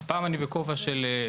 הפעם אני בכובע של,